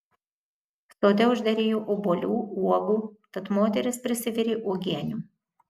sode užderėjo obuolių uogų tad moteris prisivirė uogienių